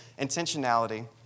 intentionality